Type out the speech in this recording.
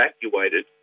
evacuated